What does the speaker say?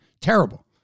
Terrible